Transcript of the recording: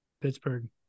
Pittsburgh